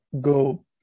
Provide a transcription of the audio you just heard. go